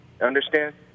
understand